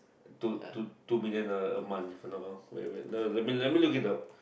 two two two million a a month if I am not wrong wait wait let let me look this up